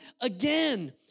again